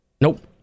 Nope